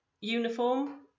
uniform